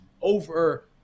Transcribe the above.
over